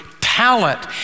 talent